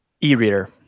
E-reader